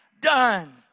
done